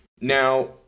Now